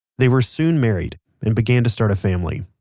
they were soon married and began to start a family.